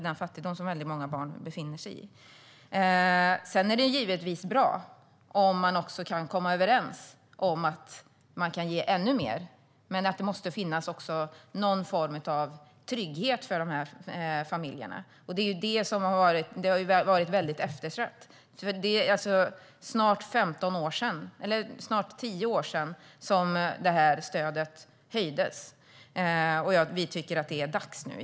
Det är givetvis bra om man kan komma överens om att ge mer, men det måste finnas någon form av trygghet för dessa familjer. Det har varit väldigt eftersatt. Det är snart tio år sedan stödet höjdes, och vi tycker att det är dags nu.